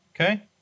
Okay